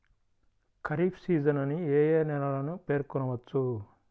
Kharif season అని ఏ ఏ నెలలను పేర్కొనవచ్చు?